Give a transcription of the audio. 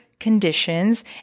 conditions